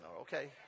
okay